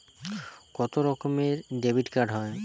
কত রকমের ডেবিটকার্ড হয়?